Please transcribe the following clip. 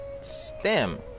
stem